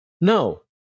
No